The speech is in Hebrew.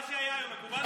מה שהיה היום מקובל עליך?